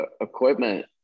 equipment